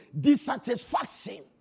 dissatisfaction